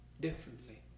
differently